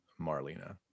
Marlena